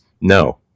No